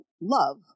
love